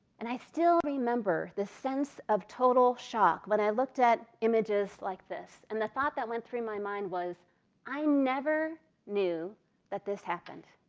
and i still remember the sense of total shock when i looked at images like this. and the thought that went through my mind was i never knew this happened.